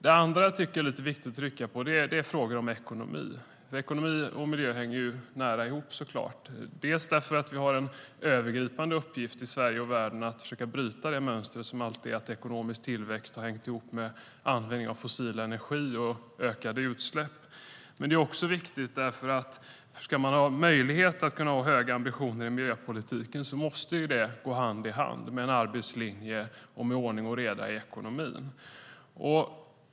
Det andra som jag tycker är viktigt att trycka på är frågor om ekonomi, för ekonomi och miljö hänger så klart nära ihop. Vi har en övergripande uppgift i Sverige och världen att försöka bryta mönstret att ekonomisk tillväxt hänger ihop med användningen av fossil energi och ökade utsläpp. Men det är också viktigt, därför att om vi ska ha möjlighet att ha höga ambitioner i miljöpolitiken måste det gå hand i hand med en arbetslinje och med ordning och reda i ekonomin.